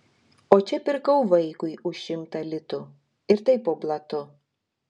o čia pirkau vaikui už šimtą litų ir tai po blatu